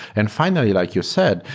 and finally, like you said,